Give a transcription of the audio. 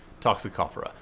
Toxicophora